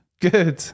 Good